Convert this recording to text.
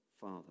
Father